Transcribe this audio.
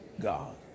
God